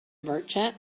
merchant